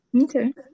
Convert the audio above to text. Okay